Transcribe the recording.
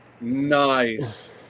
Nice